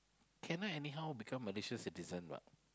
can I anyhow become Malaysia citizen what